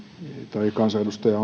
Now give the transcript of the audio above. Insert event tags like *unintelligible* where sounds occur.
salin kansanedustaja *unintelligible*